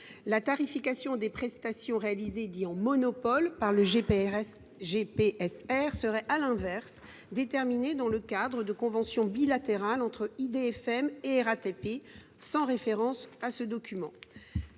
la tarification des prestations réalisées « en monopole » par le GPSR serait déterminée dans le cadre de la convention bilatérale entre IDFM et la RATP, sans référence à ce document.